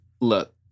look